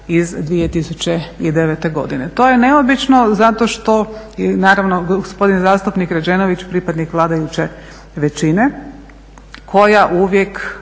iz 2009.godine. to je neobično zato što, naravno gospodin zastupnik Rađenović je pripadnik vladajuće većine koja uvijek